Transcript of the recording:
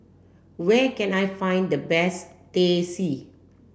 where can I find the best Teh C